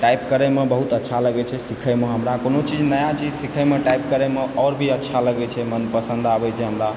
type करयमे बहुत अच्छा लगैत छै सिखयमे हमरा कोनो चीज नया चीज सिखयमे टाइप करयमे आओर भी अच्छा लगैत छै मनपसन्द आबैत छै हमरा